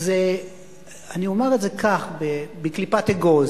אני אומר את זה כך, בקליפת אגוז: